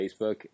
Facebook